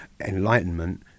Enlightenment